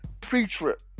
pre-trip